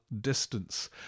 distance